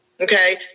okay